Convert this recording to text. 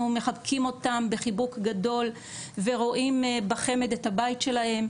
מחבקים אותם בחיבוק גדול ורואים בחמ"ד את הבית שלהם,